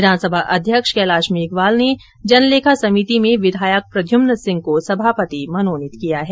विधानसभा अध्यक्ष कैलाश मेघवाल ने जनलेखा समिति में विधायक प्रद्यम्न सिंह को सभापति मनोनीत किया है